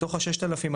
מתוך ה-6,200,